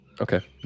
Okay